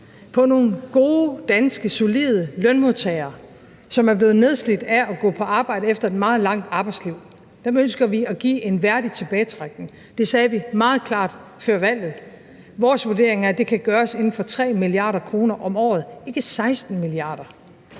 på nogle gode danske solide lønmodtagere, som er blevet nedslidt af at gå på arbejde efter et meget langt arbejdsliv. Dem ønsker vi at give en værdig tilbagetrækning. Det sagde vi meget klart før valget. Vores vurdering er, at det kan gøres inden for 3 mia. kr. om året, ikke 16 mia. kr.